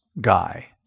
guy